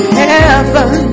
heaven